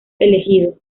elegido